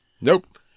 Nope